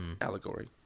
allegory